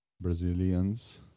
Brazilians